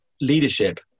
leadership